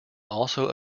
also